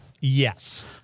yes